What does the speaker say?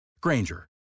Granger